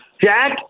Jack